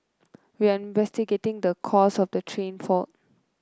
we are investigating the cause of the train fault